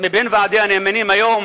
מבין ועדי הנאמנים היום